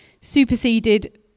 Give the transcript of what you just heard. superseded